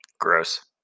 Gross